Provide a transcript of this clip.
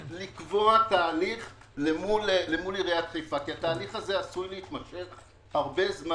לקבוע תהליך מול עיריית חיפה כי הוא עשוי להתמשך זמן רב,